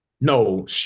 No